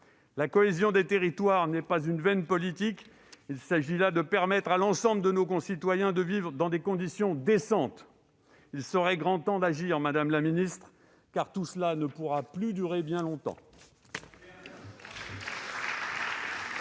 La cohésion des territoires n'est pas une vaine politique : il s'agit de permettre à l'ensemble de nos concitoyens de vivre dans des conditions décentes. Madame la ministre, il serait grand temps d'agir, car tout cela ne pourra plus durer bien longtemps